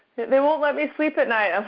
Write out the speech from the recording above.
they won't let me sleep at night!